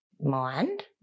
mind